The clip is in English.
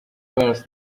wears